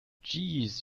jeez